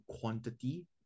quantity